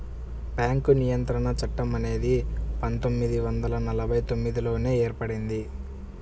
bank నియంత్రణ చట్టం అనేది పందొమ్మిది వందల నలభై తొమ్మిదిలోనే ఏర్పడింది